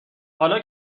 حالا